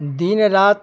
दिन राति